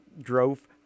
drove